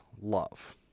love